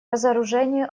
разоружению